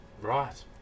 Right